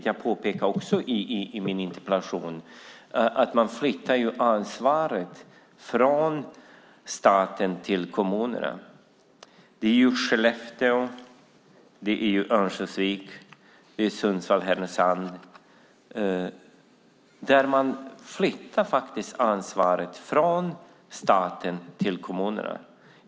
Jag påpekade i min interpellation att regeringen flyttar ansvaret från staten till kommunerna. Det gäller flygplatserna i Skellefteå, Örnsköldsvik och Sundsvall-Härnösand.